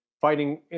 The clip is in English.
fighting